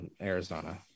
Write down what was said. Arizona